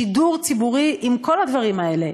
שידור ציבורי עם כל הדברים האלה,